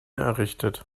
errichtet